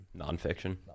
Nonfiction